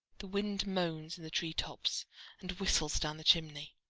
the wind moans in the tree tops and whistles down the chimney.